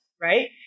right